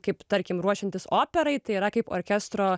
kaip tarkim ruošiantis operai tai yra kaip orkestro